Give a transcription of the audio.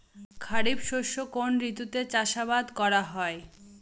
খরিফ শস্য কোন ঋতুতে চাষাবাদ করা হয়?